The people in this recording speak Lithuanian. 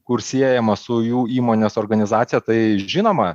kur siejamas su jų įmonės organizacija tai žinoma